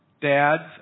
Dads